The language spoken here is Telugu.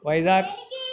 వైజాగ్